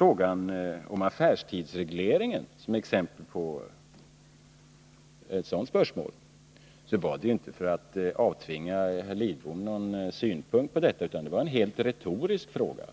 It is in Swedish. När jag tog affärstidsregleringen som exempel på ett sådant spörsmål gjorde jag det inte för att avtvinga herr Lidbom någon synpunkt, utan det var en helt retorisk fråga